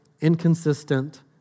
inconsistent